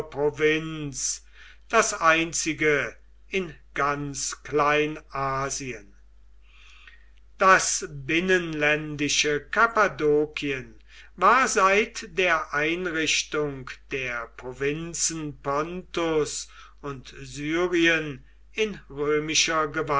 das einzige in ganz kleinasien das binnenländische kappadokien war seit der einrichtung der provinzen pontus und syrien in römischer